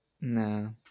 No